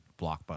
blockbuster